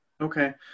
Okay